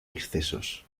excesos